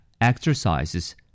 exercises